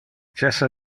cessa